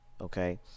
okay